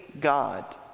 God